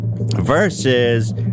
Versus